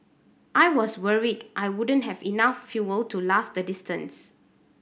I was worried I wouldn't have enough fuel to last the distance